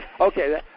Okay